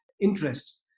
interest